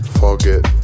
forget